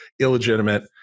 illegitimate